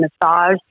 massage